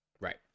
Right